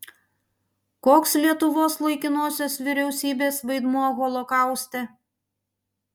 koks lietuvos laikinosios vyriausybės vaidmuo holokauste